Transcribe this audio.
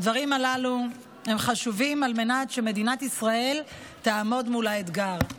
הדברים הללו הם חשובים על מנת שמדינת ישראל תעמוד מול האתגר.